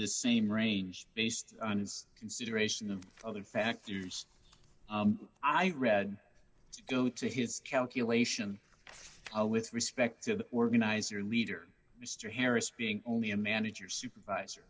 the same range based on his consideration of other factors i read due to his calculation with respect to the organizer and leader mr harris being only a manager or supervisor